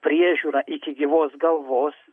priežiūrą iki gyvos galvos